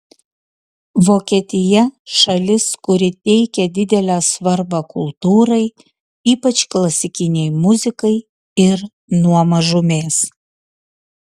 vokietija šalis kuri teikia didelę svarbą kultūrai ypač klasikinei muzikai ir nuo mažumės